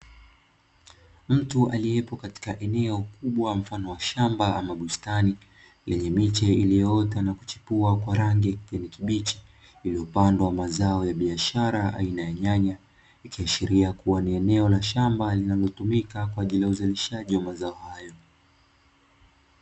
Mtu aliyepo katika eneo kubwa mfano wa shamba au bustani; lenye miche iliyoota na kuchipua kwa rangi ya kijani kibichi; lililopandwa mazao ya biashara aina ya nyanya, ikiashiria kuwa ni eneo la shamba linalotumika kwa ajili ya uzalishaji wa mazao hayo.